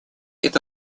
это